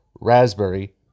raspberry